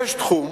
יש תחום